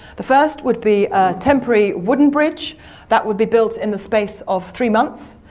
the first would be a temporary wooden bridge that would be built in the space of three months,